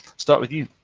start with you.